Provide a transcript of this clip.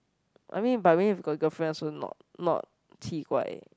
I mean but mean if got girlfriend also not not 奇怪